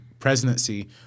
presidency